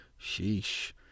sheesh